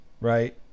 right